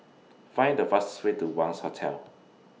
Find The fastest Way to Wangz Hotel